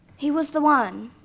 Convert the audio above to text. he was the one.